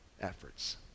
efforts